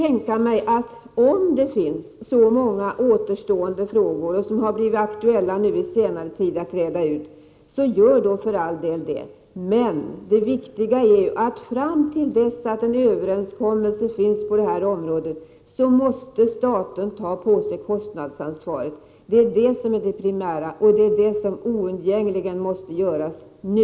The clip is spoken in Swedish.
Om det finns så många återstående frågor som det under senare tid har blivit aktuellt att utreda skall man för all del göra det. Men det viktiga är att staten måste ta på sig kostnadsansvaret fram till dess att det finns en överenskommelse på detta område. Det är det som är det primära och som oundgängligen måste göras nu.